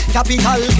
Capital